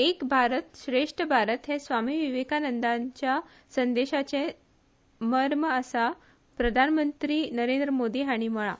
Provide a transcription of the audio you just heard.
एक भारत श्रेष्ठ भारत हे स्वामी विवेकानंदांच्या संदेशाचे मर्म अशे प्रधानमंत्री नरेंद्र मोदी हाणे म्हळा